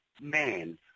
man